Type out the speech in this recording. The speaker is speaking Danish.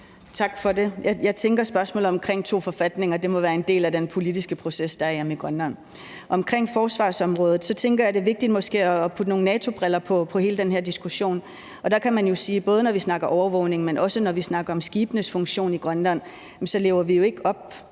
Tak for det. Jeg tænker, at spørgsmålet omkring to forfatninger må være en del af den politiske proces, der er hjemme i Grønland. Omkring forsvarsområdet tænker jeg, at det måske er vigtigt at se hele den her diskussion med NATO-briller på. Både når vi snakker overvågning, men også, når vi snakker om skibenes funktion i Grønland, kan man jo sige,